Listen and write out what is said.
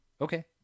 Okay